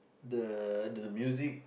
the the music